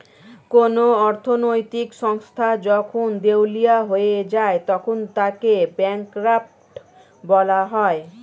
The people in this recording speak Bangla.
কোন অর্থনৈতিক সংস্থা যখন দেউলিয়া হয়ে যায় তখন তাকে ব্যাঙ্করাপ্ট বলা হয়